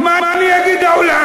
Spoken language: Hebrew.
מה אני אגיד לעולם?